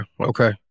Okay